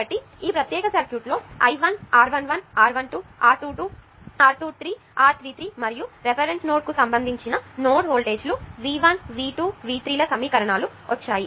కాబట్టి ఈ ప్రత్యేక సర్క్యూట్ లో I1 R 1 1 R 1 2 R 2 2 R 2 3 R 3 3 మరియు రిఫరెన్స్ నోడ్కు సంబంధించి నోడ్ వోల్టేజీలు V1 V 2 V 3 ల సమీకరణాలు వచ్చాయి